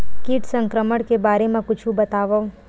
कीट संक्रमण के बारे म कुछु बतावव?